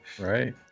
right